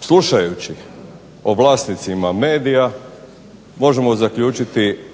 Slušajući o vlasnicima medija možemo zaključiti